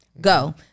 go